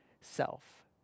self